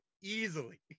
easily